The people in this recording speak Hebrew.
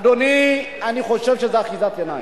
אדוני, אני חושב שזאת אחיזת עיניים.